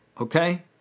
Okay